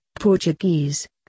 Portuguese